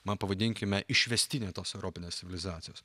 man pavadinkime išvestinę tos europinės civilizacijos